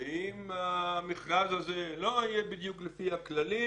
ואם המכרז הזה לא יהיה בדיוק לפי הכללים,